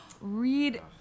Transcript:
read